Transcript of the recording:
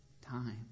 time